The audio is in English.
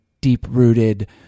deep-rooted